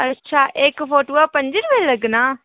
अच्छा इक्क फोटुए दे पंजी रपेऽ लग्गने